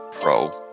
pro